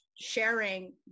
sharing